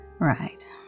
Right